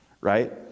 right